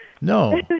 No